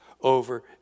over